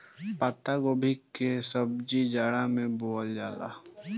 पातगोभी के सब्जी जाड़ा में बोअल जाला